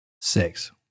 Six